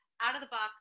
out-of-the-box